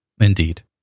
Indeed